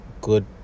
good